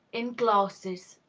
in glasses.